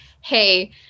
hey